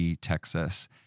Texas